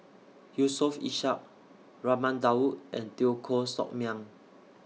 Yusof Ishak Raman Daud and Teo Koh Sock Miang